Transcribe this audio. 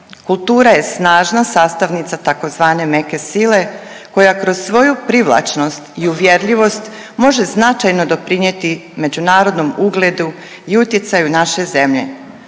kultura je snažna sastavnica tzv. meke sile koja kroz svoju privlačnost i uvjerljivost može značajno doprinijeti međunarodnom ugledu i utjecaju naše zemlje.